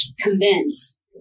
convince